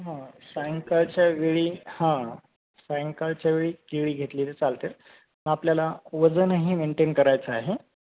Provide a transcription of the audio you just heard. हां सायंकाळच्या वेळी हां सायंकाळच्या वेळी केिळी घेतलेली चालते आपल्याला वजनही मेंटेन करायचं आहे